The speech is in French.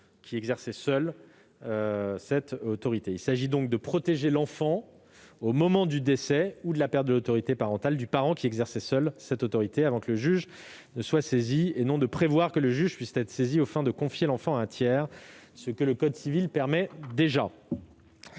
qui l'exerçait seul. Il s'agit de protéger l'enfant au moment du décès ou de la perte de l'autorité parentale du parent qui l'exerçait seul, avant que le juge ne soit saisi, et non de prévoir que le juge puisse être saisi aux fins de confier l'enfant à un tiers, ce que le code civil permet déjà.